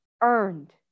earned